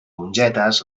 mongetes